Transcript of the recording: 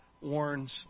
warns